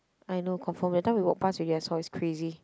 I know confirm that time we walk past already I saw it's crazy